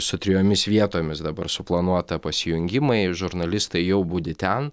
su trijomis vietomis dabar suplanuota pasijungimai žurnalistai jau budi ten